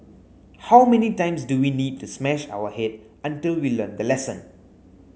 how many times do we need to smash our head until we learn the lesson